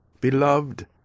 beloved